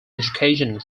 education